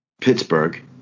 Pittsburgh